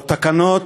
או תקנות,